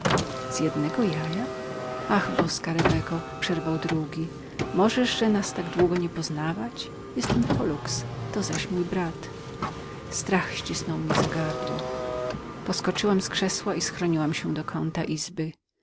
z jednego jaja ach boska rebeko przerwał drugi możesz że tak długo nas nie poznawać jestem pollux to zaś mój brat poskoczyłam z krzesła i schroniłam się do kąta izby